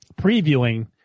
previewing